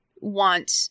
want